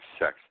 sex